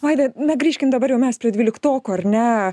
vaida na grįžkim dabar jau mes prie dvyliktokų ar ne